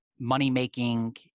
money-making